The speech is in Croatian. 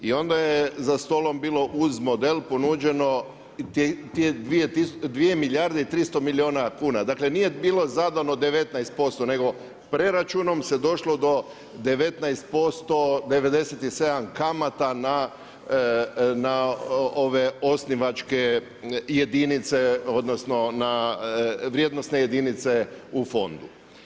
I onda je za stolom bilo uz model ponuđeno 2 milijarde i 300 milijuna kuna, dakle nije bilo zadano 19% nego preračunom se došlo do 19%, 97 kamata na ove osnivačke jedinice odnosno na vrijednosne jedinice u fondu.